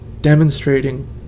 demonstrating